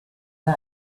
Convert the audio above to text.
and